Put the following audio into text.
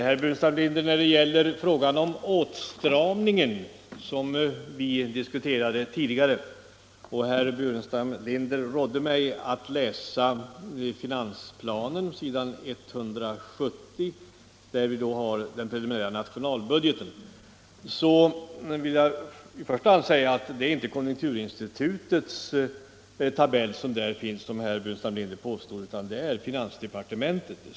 Herr talman! När det gäller frågan om den påstådda åtstramningen, som herr Burenstam Linder och jag diskuterade tidigare, rådde herr Burenstam Linder mig att läsa vad som står på s. 170 i finansplanen, där den preliminära nationalbudgeten redovisas. Jag vill först säga att den på s. 170 återgivna tabellen inte, som herr Burenstam Linder påstod, kommer från konjunkturinstitutet utan från finansdepartementet.